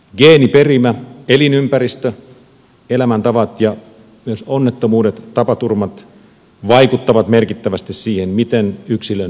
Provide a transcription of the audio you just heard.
geeniperimä elinympäristö elämäntavat ja myös onnettomuudet tapaturmat vaikuttavat merkittävästi siihen miten yksilön ikääntyessään käy